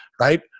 right